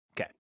Okay